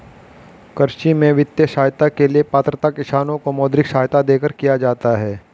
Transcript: कृषि में वित्तीय सहायता के लिए पात्रता किसानों को मौद्रिक सहायता देकर किया जाता है